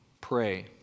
Pray